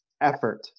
effort